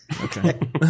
Okay